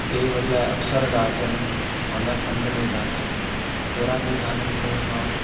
बेवजह अक्षर था अचनि ऐं न समुझ में था अचनि पहिरां जे गाननि में माण्हू